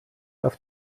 auf